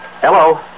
Hello